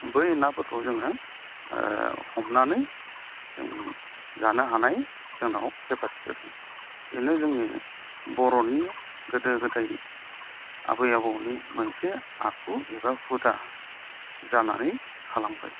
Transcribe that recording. बै नाफोरखौ जोङो हमनानै जों जानो हानाय जोंनाव खेपासिथि दं बेनो जोंनि बर'नि गोदो गोदाय आबै आबौनि मोनसे आखु एबा हुदा जानानै थालांबाय